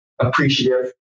appreciative